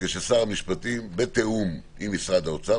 וכששר המשפטים בתיאום עם שר האוצר,